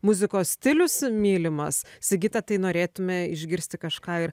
muzikos stilius mylimas sigita tai norėtume išgirsti kažką ir